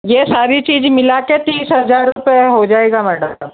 यह सारी चीज़ मिला के तीस हजार रुपये हो जाएगा मैडम आपका